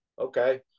Okay